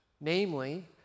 Namely